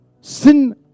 Sin